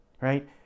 right